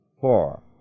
Four